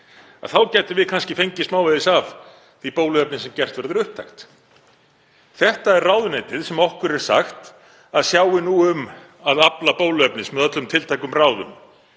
þá gætum við kannski fengið smávegis af því bóluefni sem gert verður upptækt. Þetta er ráðuneytið sem okkur er sagt að sjái nú um að afla bóluefnis með öllum tiltækum ráðum.